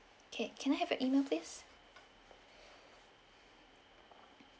okay can I have your email please